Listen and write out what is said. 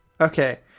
Okay